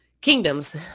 kingdoms